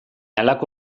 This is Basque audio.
halako